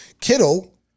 Kittle